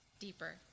deeper